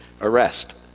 arrest